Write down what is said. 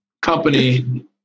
company